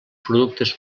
productes